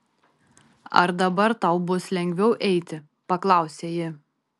ar dabar tau bus lengviau eiti paklausė ji